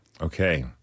Okay